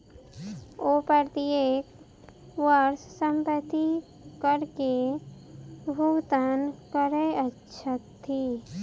ओ प्रत्येक वर्ष संपत्ति कर के भुगतान करै छथि